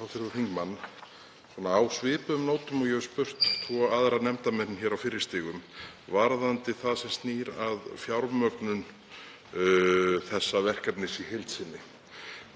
hv. þingmann á svipuðum nótum og ég hef spurt tvo aðra nefndarmenn hér á fyrri stigum varðandi það sem snýr að fjármögnun þessa verkefnis í heild sinni.